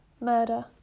murder